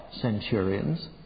centurions